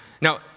Now